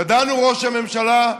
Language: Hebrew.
ידענו, ראש הממשלה,